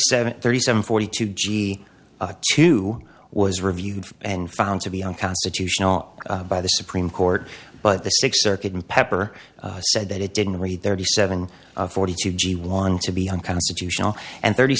seven thirty seven forty two g a two was reviewed and found to be unconstitutional by the supreme court but the six circuit in pepper said that it didn't read thirty seven forty two g want to be unconstitutional and thirty